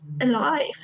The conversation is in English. alive